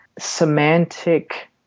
Semantic